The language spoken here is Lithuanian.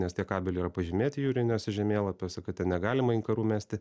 nes tie kabeliai yra pažymėti jūriniuose žemėlapiuose kad ten negalima inkarų mesti